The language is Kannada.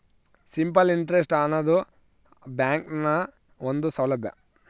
ಸಿಂಪಲ್ ಇಂಟ್ರೆಸ್ಟ್ ಆನದು ಬ್ಯಾಂಕ್ನ ಒಂದು ಸೌಲಬ್ಯಾ